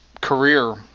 career